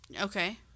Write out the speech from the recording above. Okay